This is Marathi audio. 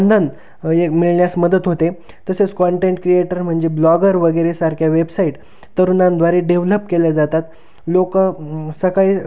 मानधन एक मिळण्यास मदत होते तसेच कॉनटेंट क्रिएटर म्हणजे ब्लॉगर वगैरेसारख्या वेबसाईट तरुणांद्वारे डेव्हलप केल्या जातात लोक सकाळी